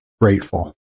grateful